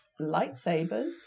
lightsabers